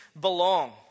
belong